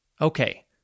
Okay